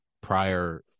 prior